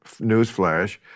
newsflash